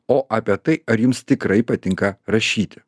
o apie tai ar jums tikrai patinka rašyti